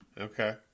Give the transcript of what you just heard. okay